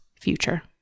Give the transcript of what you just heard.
future